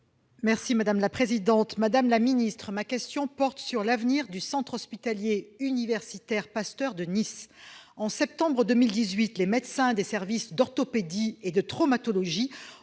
et de la santé. Madame la secrétaire d'État, ma question porte sur l'avenir du centre hospitalier universitaire Pasteur de Nice. En septembre 2018, les médecins des services d'orthopédie et de traumatologie ont cessé